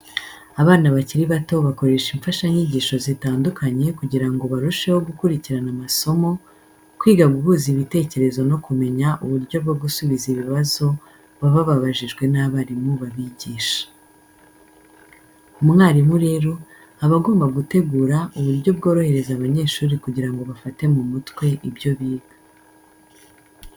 Abana bakiri bato bakoresha imfashanyigisho zitandukanye kugira ngo barusheho gukurikirana amasomo, kwiga guhuza ibitekerezo no kumenya uburyo bwo gusubiza ibibazo baba babajijwe n'abarimu babigisha. Umwarimu rero, aba agomba gutegura uburyo bworohereza abanyeshuri kugira ngo bafate mu mutwe ibyo biga.